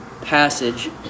passage